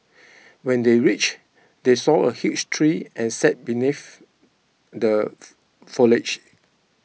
when they reached they saw a huge tree and sat beneath the foliage